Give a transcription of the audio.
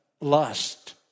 Lust